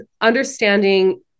understanding